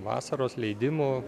vasaros leidimų